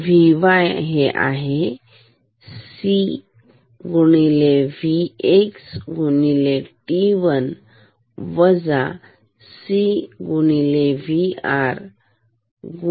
Vy c Vx t1 - c Vr